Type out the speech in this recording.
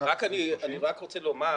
אני רק רוצה לומר,